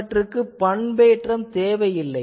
இவற்றுக்கு பண்பேற்றம் தேவையில்லை